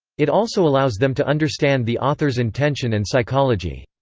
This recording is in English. it also allows them to understand the author's intention and psychology.